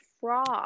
frog